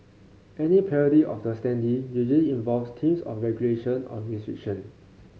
any parody of the standee usually involves teams of regulation or restriction